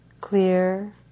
clear